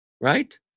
right